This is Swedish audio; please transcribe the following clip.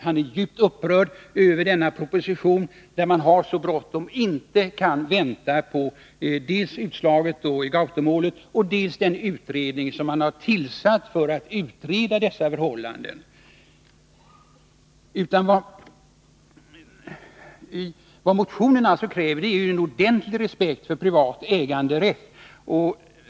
Han är djupt upprörd över denna proposition, över att regeringen har så bråttom och inte kan vänta på dels utslaget i Gautomålet, dels den utredning som tillsatts för att utreda dessa förhållanden. Vad motionen alltså kräver är en ordentlig respekt för privat äganderätt.